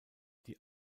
die